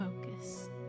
focus